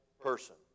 person